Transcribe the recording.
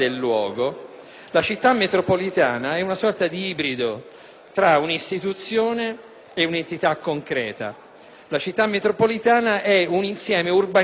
la città metropolitana è una sorta di ibrido tra un'istituzione e un'entità concreta; la città metropolitana è un insieme urbanistico